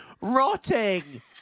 rotting